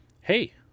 hey